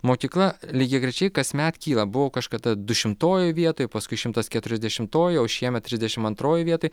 mokykla lygiagrečiai kasmet kyla buvo kažkada dušimtojoj vietoj paskui šimtas keturiasdešimtojoj o šiemet trisdešimt antrojoj vietoj